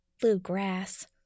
Bluegrass